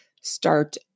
start